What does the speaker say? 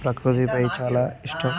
ప్రకృతిపై చాలా ఇష్టం